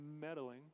meddling